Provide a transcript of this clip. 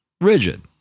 rigid